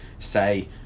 say